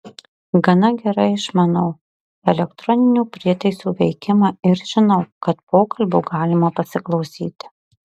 gana gerai išmanau elektroninių prietaisų veikimą ir žinau kad pokalbio galima pasiklausyti